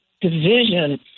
division